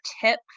tip